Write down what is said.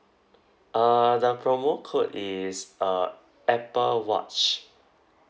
uh the promo code is uh apple watch